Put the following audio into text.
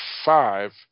five